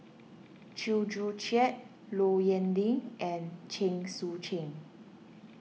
Chew Joo Chiat Low Yen Ling and Chen Sucheng